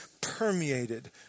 permeated